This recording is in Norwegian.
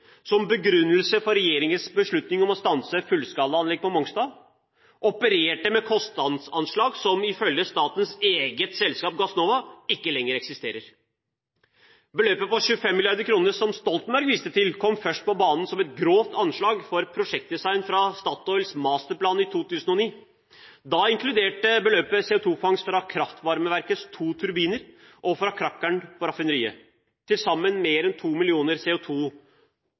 som begrunnelse for regjeringens beslutning om å stanse fullskalaanlegget på Mongstad, opererte med kostnadsanslag som ifølge statens eget selskap, Gassnova, ikke lenger eksisterer. Beløpet på 25 mrd. kr, som Stoltenberg viste til, kom først på banen som et grovt anslag for prosjektdesign fra Statoils masterplan i 2009. Da inkluderte beløpet CO2-fangst fra kraftvarmeverkets to turbiner og fra krakkeren på raffineriet, til sammen mer enn 2 millioner